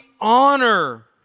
honor